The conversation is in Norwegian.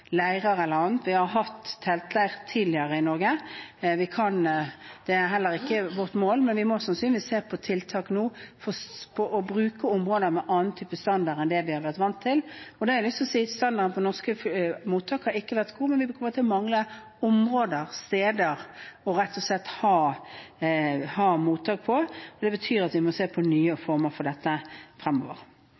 eller annet. Vi har hatt teltleirer tidligere i Norge. Det er heller ikke vårt mål, men vi må sannsynligvis nå se på tiltak og bruke områder med annen type standard enn det vi har vært vant til. Og jeg har lyst til å si: Standarden på norske mottak har ikke vært god, men vi kommer rett og slett til å mangle områder og steder å ha mottak på. Det betyr at vi må se på nye former for dette fremover.